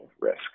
risk